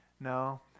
No